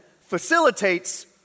facilitates